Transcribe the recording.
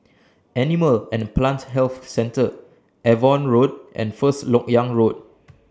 Animal and Plant Health Centre Avon Road and First Lok Yang Road